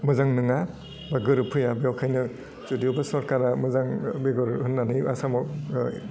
मोजां नङा बा गोरोबफैया बेखायनो जुदियबो सरकारा मोजां बेगर होन्नानै आसामाव